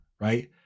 right